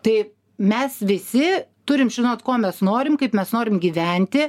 tai mes visi turim žinot ko mes norim kaip mes norim gyventi